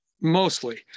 mostly